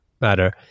matter